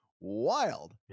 wild